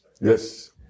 Yes